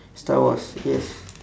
star wars yes